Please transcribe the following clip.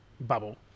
bubble